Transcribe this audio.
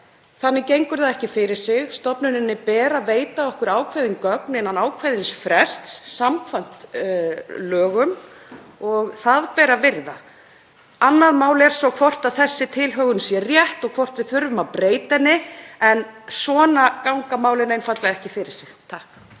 Þannig gengur það ekki fyrir sig. Stofnuninni ber að veita okkur ákveðin gögn innan ákveðins frests samkvæmt lögum og það ber að virða. Annað mál er svo hvort þessi tilhögun sé rétt og hvort við þurfum að breyta henni. En svona ganga málin einfaldlega ekki fyrir sig.